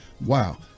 wow